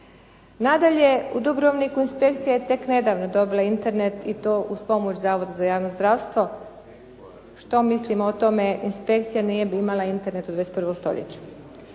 Nadalje, u Dubrovniku inspekcija je tek nedavno dobila internet i to uz pomoć Zavoda za javno zdravstvo. Što mislimo o tome? Inspekcija ne bi imala internet u 21. stoljeću.